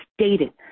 stated